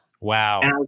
Wow